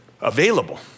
available